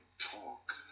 talk